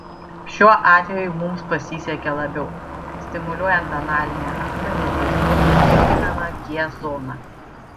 šiuo atveju mums pasisekė labiau stimuliuojant analinę angą netiesiogiai dirginama g zona